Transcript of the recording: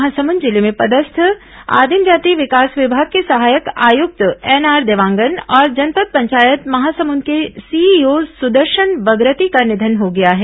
महासमुंद जिले में पदस्थ आदिम जाति विकास विभाग के सहायक आयुक्त एनआर देवांगन और जनपद पंचायत महासमुंद के सीईओ सुदर्शन बगरती का निधन हो गया है